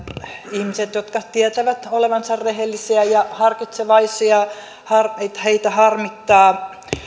ihmisiä jotka tietävät olevansa rehellisiä ja harkitsevaisia harmittavat